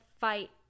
fight